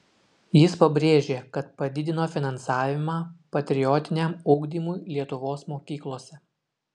jis pabrėžė kad padidino finansavimą patriotiniam ugdymui lietuvos mokyklose